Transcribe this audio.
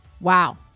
Wow